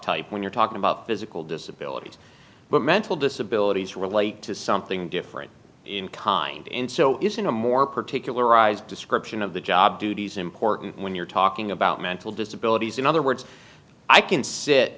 type when you're talking about physical disability but mental disabilities relate to something different in kind in so using a more particularized description of the job duties important when you're talking about mental disability in other words i can sit